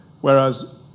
Whereas